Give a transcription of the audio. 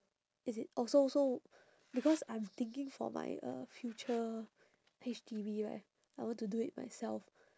is it oh so so because I'm thinking for my uh future H_D_B right I want to do it myself